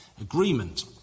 agreement